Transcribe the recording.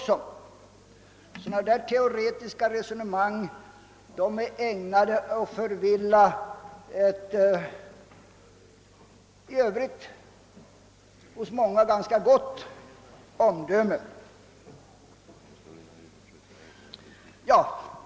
Sådana här teoretiska resonemang är ägnade att förvilla ett hos många i Öövrigt ganska gott omdöme.